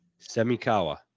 Semikawa